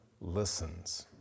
listens